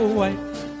white